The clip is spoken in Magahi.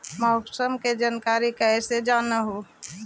मौसमा के जनकरिया कैसे हासिल कर हू?